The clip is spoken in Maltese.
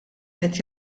qed